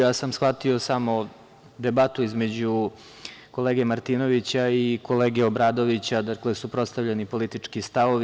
Ja sam shvatio samo debatu između kolege Martinovića i kolege Obradovića, dakle suprotstavljeni politički stavovi.